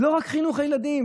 לא רק חינוך הילדים.